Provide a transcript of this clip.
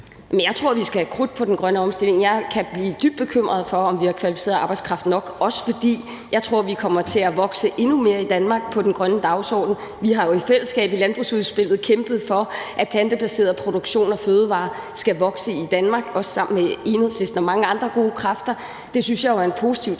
Jeg tror, vi skal sætte fut på den grønne omstilling. Jeg kan blive dybt bekymret for, om vi har kvalificeret arbejdskraft nok, også fordi jeg tror, at vi kommer til at vokse endnu mere i Danmark på den grønne dagsorden. Vi har jo i fællesskab i landbrugsudspillet sammen med Enhedslisten og mange andre gode kræfter kæmpet for, at